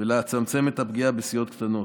וכדי לצמצם את הפגיעה בסיעות הקטנות.